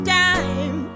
time